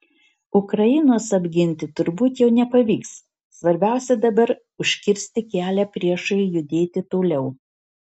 ukrainos apginti turbūt jau nepavyks svarbiausia dabar užkirsti kelią priešui judėti toliau